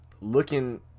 looking